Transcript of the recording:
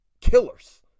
killers